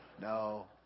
No